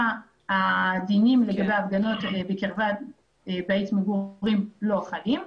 הדינים לגבי ההפגנות בקרבת בית המגורים לא חלים.